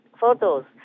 photos